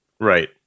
right